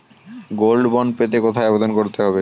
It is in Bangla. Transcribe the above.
গোল্ড বন্ড পেতে কোথায় আবেদন করতে হবে?